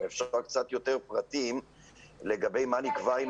אשמח לשמוע יותר פרטים לגבי מה נקבע עם